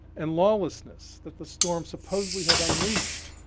and lawlessness that the storm supposedly had unleashed